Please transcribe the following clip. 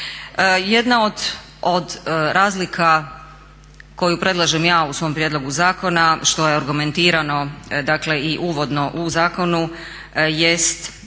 Jedna od razlika koju predlažem ja u svom prijedlogu zakona što je argumentirano dakle i uvodno u zakonu jest,